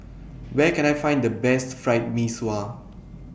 Where Can I Find The Best Fried Mee Sua